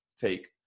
take